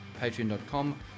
patreon.com